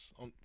on